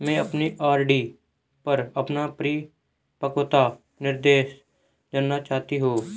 मैं अपनी आर.डी पर अपना परिपक्वता निर्देश जानना चाहती हूँ